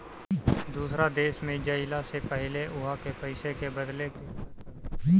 दूसरा देश में जइला से पहिले उहा के पईसा के बदले के पड़त हवे